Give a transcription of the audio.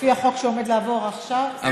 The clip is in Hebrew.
לפי החוק שעומד לעבור עכשיו, זה גזל שינה.